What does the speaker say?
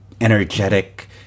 energetic